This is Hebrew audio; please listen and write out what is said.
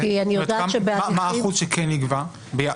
מה האחוז שכן נגבה?